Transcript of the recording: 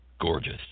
gorgeous